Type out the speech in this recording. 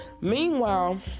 Meanwhile